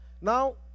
Now